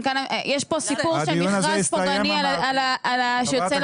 יש פה סיפור של מכרז פוגעני שיוצא לדרך.